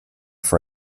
for